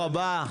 ברוך הבא.